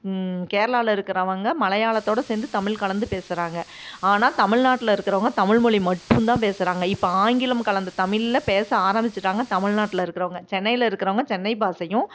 கேராளாவில் இருக்கிறவங்க மலையாளத்தோடு சேர்ந்து தமிலழ் கலந்து பேசுகிறாங்க ஆனால் தமிழ் நாட்டில் இருக்கிறவங்க தமிழ்மொழி மட்டும்தான் பேசுகிறாங்க இப்போ ஆங்கிலம் கலந்த தமிழில் பேச ஆரம்பிச்சுட்டாங்க தமிழ்நாட்டில் இருக்கிறவங்க சென்னையில் இருக்கிறவங்க சென்னை பாஷையும்